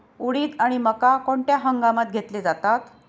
उडीद आणि मका कोणत्या हंगामात घेतले जातात?